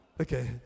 okay